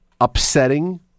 upsetting